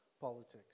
Politics